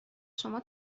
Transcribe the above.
شما